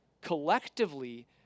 collectively